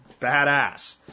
badass